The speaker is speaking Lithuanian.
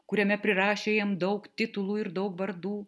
kuriame prirašė jam daug titulų ir daug vardų